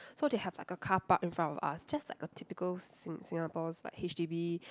so they have like a car-park in front of us just like typical Sing~ Singapore's like H_D_B